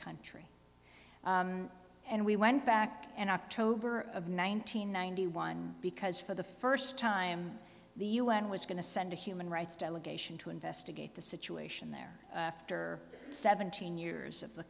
country and we went back in october of ninety ninety one because for the first time the un was going to send a human rights delegation to investigate the situation there after seventeen years of the